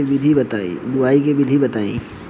बुआई के विधि बताई?